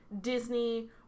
disney